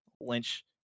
Lynch